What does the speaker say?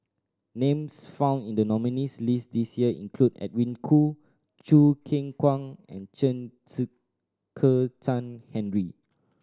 names found in the nominees' list this year include Edwin Koo Choo Keng Kwang and Chen Kezhan Henri